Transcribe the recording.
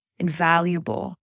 invaluable